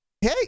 Hey